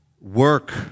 work